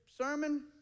sermon